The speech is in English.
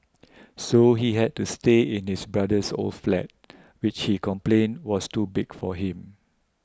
so he had to stay in his brother's old flat which he complained was too big for him